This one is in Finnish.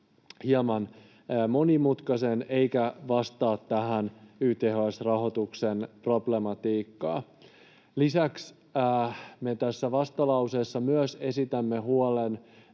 hieman monimutkaisen eikä vastaa tähän YTHS-rahoituksen problematiikkaan. Lisäksi me tässä vastalauseessa esitämme myös huolen